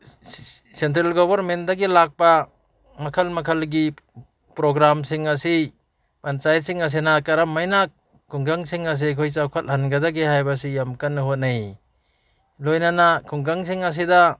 central ꯒꯣꯕꯔꯃꯦꯟꯗꯒꯤ ꯂꯥꯛꯄ ꯃꯈꯜ ꯃꯈꯜꯒꯤ ꯄ꯭ꯔꯣꯒ꯭ꯔꯥꯝꯁꯤꯡ ꯑꯁꯤ ꯄꯟꯆꯥꯌꯠꯁꯤꯡ ꯑꯁꯤꯅ ꯀꯔꯝ ꯍꯥꯏꯅ ꯈꯨꯡꯒꯪꯁꯤꯡ ꯑꯁꯤ ꯑꯩꯈꯣꯏ ꯆꯥꯎꯈꯠꯍꯟꯒꯗꯒꯦ ꯍꯥꯏꯕꯁꯤ ꯌꯥꯝ ꯀꯟꯅ ꯍꯣꯠꯅꯩ ꯂꯣꯏꯅꯅ ꯈꯨꯡꯒꯪꯁꯤꯡ ꯑꯁꯤꯗ